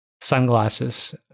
sunglasses